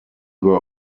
were